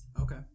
Okay